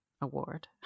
Award